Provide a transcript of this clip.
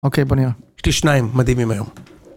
אוקיי, בוא נראה. יש לי שניים מדהימים היום.